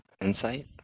Insight